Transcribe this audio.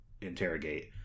interrogate